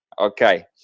Okay